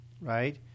right